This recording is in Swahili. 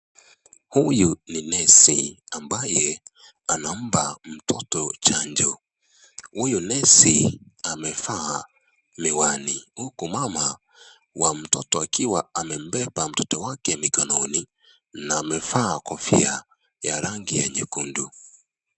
Huyu ni nesi ambanye anampa mtoto chanjo. Huyu nesi amevaa miwani, huku mama wa mtoto akiwa amembeba mtoto wake mikononi na amevaa kofia ya rangi ya nyekundu.